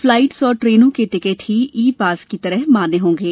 flights और ट्रेनों के टिकट ही ई पास की तरह मान्य होंगे